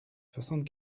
soixante